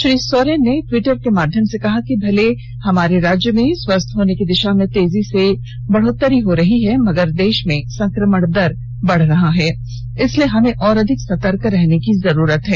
श्री सोरेन ने टिवटर के माध्यम से कहा कि भले हमारे राज्य में स्वस्थ होने की दिषा में तेजी से बढ़ रहे हैं मगर देश में संक्रमण बढ़ रहा है इसलिए हमें और अधिक सतर्क होने की जरुरत है